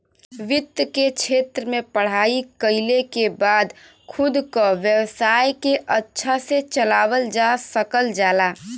वित्त के क्षेत्र में पढ़ाई कइले के बाद खुद क व्यवसाय के अच्छा से चलावल जा सकल जाला